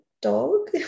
dog